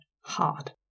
hard